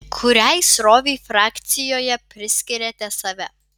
kuriai srovei frakcijoje priskiriate save